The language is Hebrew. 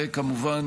וכמובן,